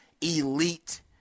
elite